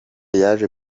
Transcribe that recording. yaje